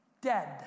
dead